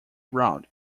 round